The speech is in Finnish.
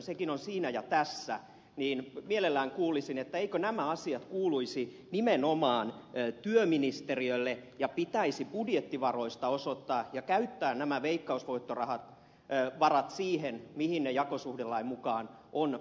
sekin on siinä ja tässä ja mielelläni kuulisin eivätkö nämä asiat kuuluisi nimenomaan työministeriölle ja pitäisi budjettivaroista osoittaa ja käyttää nämä veikkausvoittovarat siihen mihin ne jakosuhdelain mukaan on määrätty